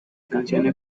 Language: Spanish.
canciones